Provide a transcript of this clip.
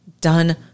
done